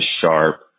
sharp